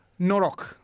Norok